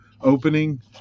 opening